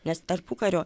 nes tarpukario